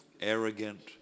Arrogant